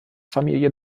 familie